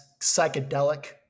psychedelic